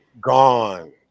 Gone